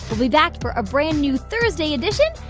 we'll be back for a brand new thursday edition.